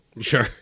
Sure